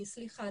סליחה,